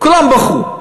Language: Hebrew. כולם ברחו,